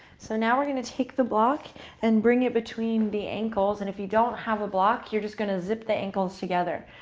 so now we're going to take the block and bring it between the ankles. and if you don't have a block, you're just going to zip the ankles together.